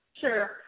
Sure